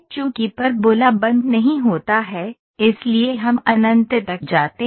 चूंकि परबोला बंद नहीं होता है इसलिए हम अनंत तक जाते हैं